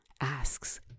asks